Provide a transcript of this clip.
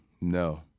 No